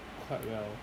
quite well